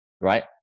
right